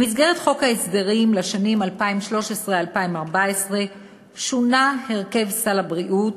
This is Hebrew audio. במסגרת חוק ההסדרים לשנים 2013 2014 שונה הרכב סל הבריאות,